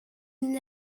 die